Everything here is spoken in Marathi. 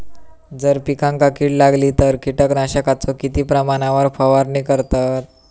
जर पिकांका कीड लागली तर कीटकनाशकाचो किती प्रमाणावर फवारणी करतत?